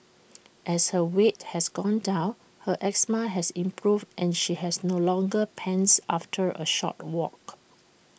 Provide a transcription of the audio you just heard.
as her weight has gone down her asthma has improved and she has no longer pants after A short walk